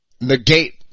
negate